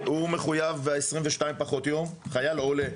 חייל עולה,